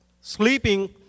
sleeping